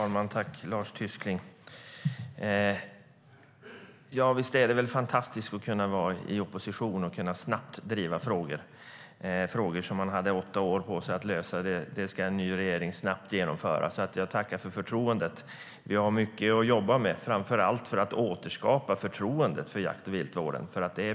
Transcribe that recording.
Herr talman! Visst är det väl fantastiskt att kunna vara i opposition och snabbt kunna driva frågor. Frågor som man hade åtta år på sig att lösa ska en ny regering nu snabbt genomföra. Jag tackar för förtroendet! Vi har mycket att jobba med, framför allt för att återskapa förtroendet för jakt och viltvården.